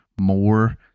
more